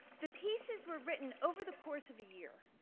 the pieces were written over the course of a year.